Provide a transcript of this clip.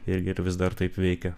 irgi ir vis dar taip veikia